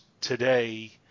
today